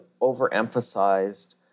overemphasized